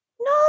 no